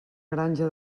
granja